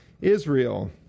Israel